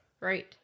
Right